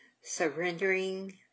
Surrendering